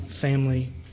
family